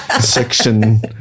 section